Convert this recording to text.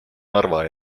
narva